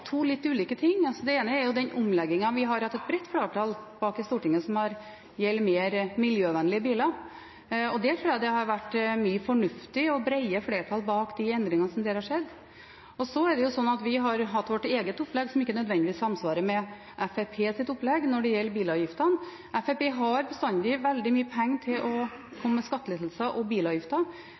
to litt ulike ting. Det ene er den omleggingen vi har hatt et bredt flertall bak i Stortinget, som gjelder mer miljøvennlige biler. Jeg tror det har vært mye fornuftig – og brede flertall – bak de endringene som der har skjedd. Så er det slik at vi har hatt vårt eget opplegg som ikke nødvendigvis samsvarer med Fremskrittspartiets opplegg når det gjelder bilavgiftene. Fremskrittspartiet har bestandig veldig mye penger å komme med til skattelettelser og reduksjon i bilavgifter,